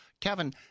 Kevin